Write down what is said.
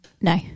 No